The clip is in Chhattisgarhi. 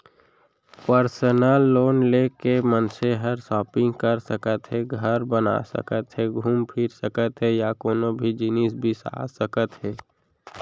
परसनल लोन ले के मनसे हर सॉपिंग कर सकत हे, घर बना सकत हे घूम फिर सकत हे या कोनों भी जिनिस बिसा सकत हे